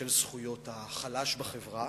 של זכויות החלש בחברה,